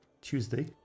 tuesday